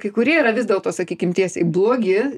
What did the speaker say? kai kurie yra vis dėlto sakykim tiesiai blogi